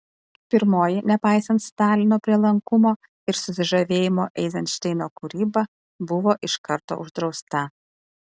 pirmoji nepaisant stalino prielankumo ir susižavėjimo eizenšteino kūryba buvo iš karto uždrausta